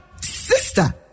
sister